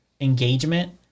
engagement